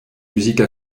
musique